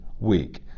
week